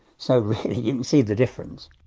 so really you can see the difference.